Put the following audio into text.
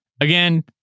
Again